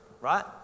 right